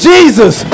Jesus